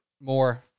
more